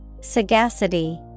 Sagacity